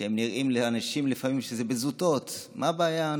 שלפעמים נראות לאנשים כזוטות, מה הבעיה?